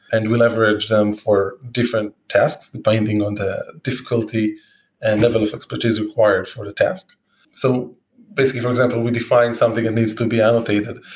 and we leverage them for different tests depending on the difficulty and level of expertise required for the test so basically for example, we define something that needs to be annotated.